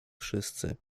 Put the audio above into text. wszyscy